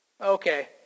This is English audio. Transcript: Okay